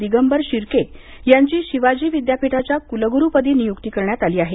दिगंबर शिर्के यांची शिवाजी विद्यापीठाच्या कुलगुरूपदी नियुक्ती करण्यात आली आहे